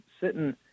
sitting